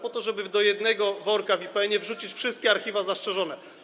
Po to, żeby do jednego worka w IPN-ie wrzucić wszystkie archiwa zastrzeżone.